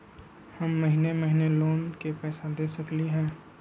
हम महिने महिने लोन के पैसा दे सकली ह?